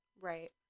Right